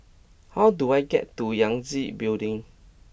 how do I get to Yangtze Building